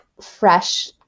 fresh